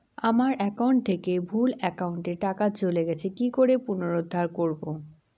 আমার একাউন্ট থেকে ভুল একাউন্টে টাকা চলে গেছে কি করে পুনরুদ্ধার করবো?